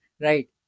right